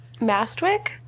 Mastwick